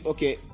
Okay